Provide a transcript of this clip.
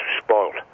spoiled